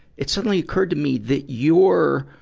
it suddenly occurred to me that your,